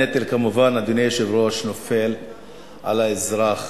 הנטל, כמובן, אדוני היושב-ראש, נופל על האזרח.